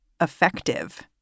effective